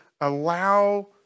allow